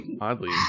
Oddly